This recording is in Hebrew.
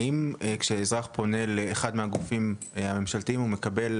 האם כאשר אזרח פונה לאחד מהגופים הממשלתיים הוא מקבל